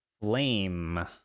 Flame